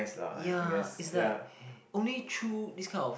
ya it's like only through this kind of